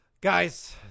Guys